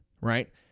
right